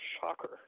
shocker